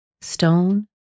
stone